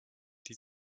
die